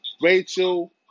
Rachel